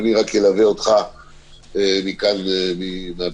ואני רק אלווה אותך מכאן מהבידוד.